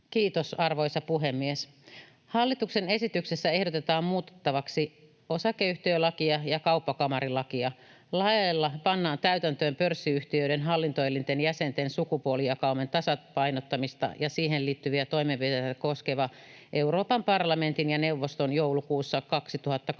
Kiitos, arvoisa puhemies! Hallituksen esityksessä ehdotetaan muutettavaksi osakeyhtiölakia ja kauppakamarilakia. Laeilla pannaan täytäntöön pörssiyhtiöiden hallintoelinten jäsenten sukupuolijakauman tasapainottamista ja siihen liittyviä toimenpiteitä koskeva joulukuussa 2022